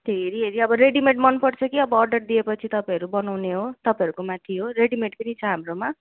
त्यो हेरी हेरी अब रेडिमेड मनपर्छ कि अब अर्डर दियोपछि तपाईँहरू बनाउने हो तपाईँहरूको माथि हो रेडिमेड पनि छ हाम्रोमा